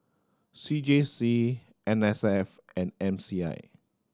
C J C N S F and M C I